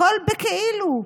הכול בכאילו,